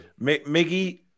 Miggy